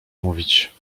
mówić